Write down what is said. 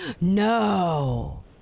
No